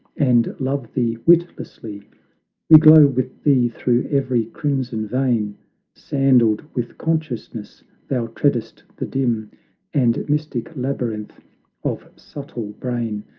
and love thee witlessly we glow with thee through every crimson vein sandaled with consciousness thou treadest the dim and mystic labyrinth of subtle brain,